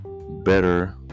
better